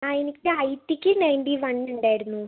അ എനിക്ക് I T ക്ക് ninety one ഉണ്ടായിരുന്നു